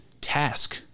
task